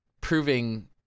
proving